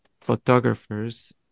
photographers